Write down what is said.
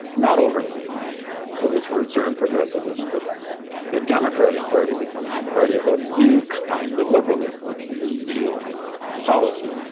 not overnight because its roots are in progressivism, but the democratic party becomes the party of a new kind of liberalism, new deal policy